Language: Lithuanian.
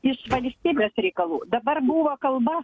iš valstybės reikalų dabar buvo kalba